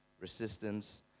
resistance